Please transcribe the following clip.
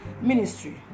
ministry